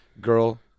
girl